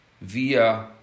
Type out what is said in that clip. via